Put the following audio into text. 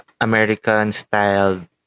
American-style